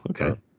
okay